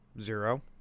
Zero